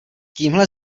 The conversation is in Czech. tímhle